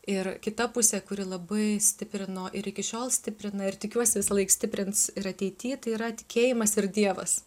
ir kita pusė kuri labai stiprino ir iki šiol stiprina ir tikiuosi visąlaik stiprins ir ateity tai yra tikėjimas ir dievas